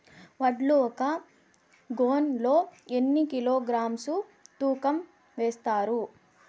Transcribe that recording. వడ్లు ఒక గోనె లో ఎన్ని కిలోగ్రామ్స్ తూకం వేస్తారు?